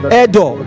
edo